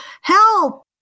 help